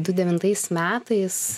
du devintais metais